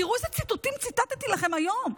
תראו איזה ציטוטים ציטטתי לכם היום.